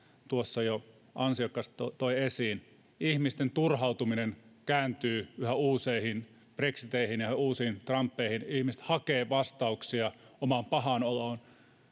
tuossa jo ansiokkaasti toi esiin ihmisten turhautuminen kääntyy yhä uusiin brexiteihin ja yhä uusiin trumpeihin ihmiset hakevat vastauksia omaan pahaan oloon